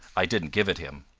i didn't give it him.